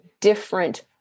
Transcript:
different